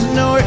no